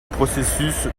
processus